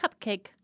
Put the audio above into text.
cupcake